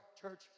church